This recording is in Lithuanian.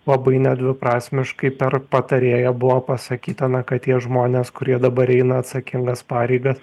labai nedviprasmiškai per patarėją buvo pasakyta na kad tie žmonės kurie dabar eina atsakingas pareigas